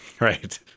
right